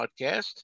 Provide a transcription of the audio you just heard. podcast